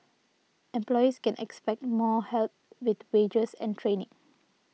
employees can expect more help with wages and training